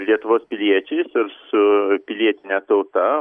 lietuvos piliečiais ir su pilietine tauta